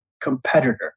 competitor